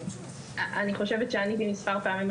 אני חושבת שעניתי ליו"ר מספר פעמים,